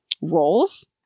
roles